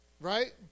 right